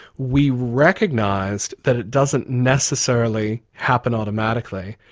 we recognised that it doesn't necessarily happen automatically,